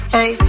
Hey